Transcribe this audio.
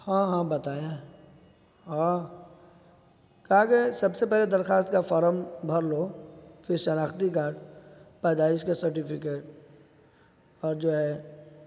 ہاں ہاں بتایا ہے ہاں کہا کہ سب سے پہلے درخواست کا فارم بھر لو پھر شناختی کارڈ پیدائش کے سرٹیفکیٹ اور جو ہے